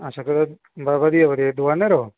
ते अच्छा बधिया बधिया दकानै उप्पर ओ